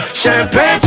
champagne